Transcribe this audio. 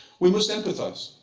we must empathize.